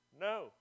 No